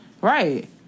right